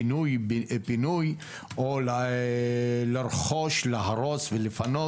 פינוי בינוי או לרכוש, להרוס ולפנות.